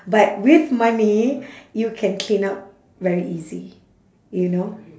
but with money you can clean up very easy you know